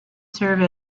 serve